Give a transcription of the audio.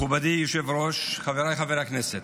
מכובדי היושב-ראש, חבריי חברי הכנסת,